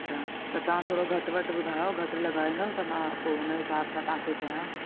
अच्छा त तां थोड़ो घटि वधि ॿुधायो थोरो घटि लॻाईंदव त मां पोइ हुन हिसाब सां तव्हांखे चयां